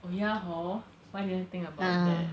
oh ya hor why didn't think about that